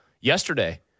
yesterday